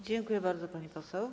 Dziękuję bardzo, pani poseł.